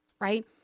Right